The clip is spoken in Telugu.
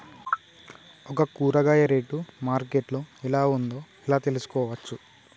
ఒక కూరగాయ రేటు మార్కెట్ లో ఎలా ఉందో ఎలా తెలుసుకోవచ్చు?